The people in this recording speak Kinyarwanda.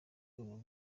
uru